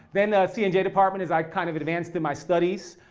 then cnj department as i kind of advanced in my studies.